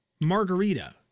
margarita